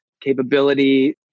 Capability